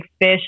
fish